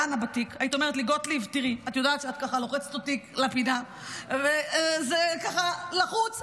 את אמרת לי בדיון הקודם: דחייה אחרונה, את צודקת.